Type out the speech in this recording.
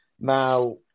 Now